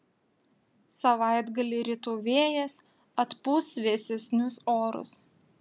savaitgalį rytų vėjas atpūs vėsesnius orus